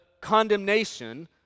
condemnation